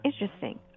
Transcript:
interesting